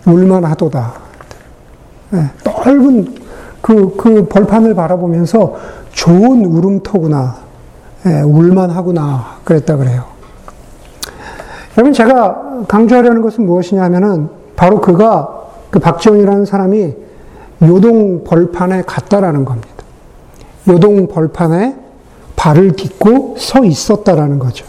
울만하도다. 예, 넓은 그- 그 벌판을 바라보면서 좋은 울음터구나. 예, 울만하구나 그랬다 그래요. 여러분, 제가 강조하려는 것은 무엇이냐면은 바로 그가, 그 박지원이라는 사람이 요동 벌판에 갔다라는 겁니다. 요동 벌판에 발을 딛고 서 있었다라는 거죠.